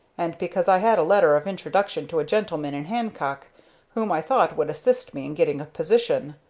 and because i had a letter of introduction to a gentleman in hancock whom i thought would assist me in getting a position.